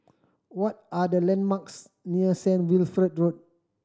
what are the landmarks near Saint Wilfred Road